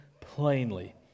plainly